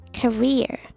career